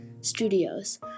Studios